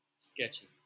Sketchy